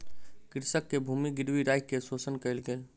कृषक के भूमि गिरवी राइख के शोषण कयल गेल